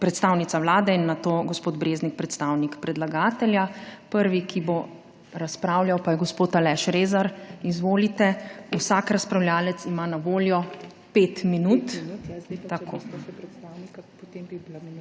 predstavnica Vlade in nato gospod Breznik, predstavnik predlagatelja. Prvi, ki bo razpravljal, pa je gospod Aleš Rezar. Izvolite. Vsak razpravljavec ima na voljo 5 minut.